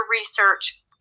research